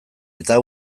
eta